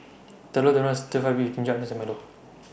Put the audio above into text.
Telur Dadah Stir Fry Beef with Ginger Onions and Milo